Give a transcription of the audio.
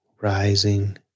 rising